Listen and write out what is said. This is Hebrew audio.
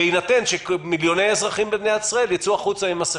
בהינתן שמיליוני אזרחים במדינת ישראל ייצאו החוצה עם מסכות?